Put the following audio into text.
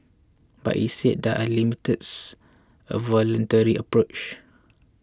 but it said there are limits a voluntary approach